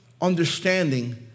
understanding